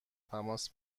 تماس